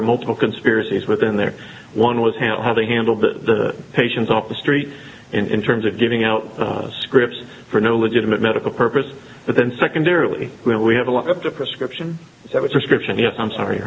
were multiple conspiracies within there one was how they handled the patients off the street in terms of giving out scripts for no legitimate medical purpose but then secondarily when we have a lot of the prescription that was restriction yes i'm sorry